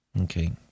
Okay